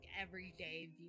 everyday